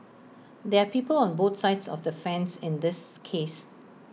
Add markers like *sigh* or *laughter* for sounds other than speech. there are people on both sides of the fence in this *noise* case